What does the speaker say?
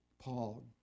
Paul